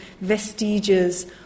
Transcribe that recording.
vestiges